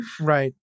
Right